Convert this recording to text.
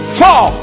four